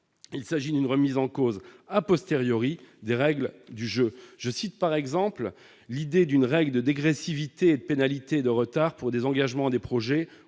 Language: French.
Il s'agit d'une remise en cause des règles du jeu. Je cite, par exemple, l'idée d'une règle de dégressivité et de pénalités de retard pour des projets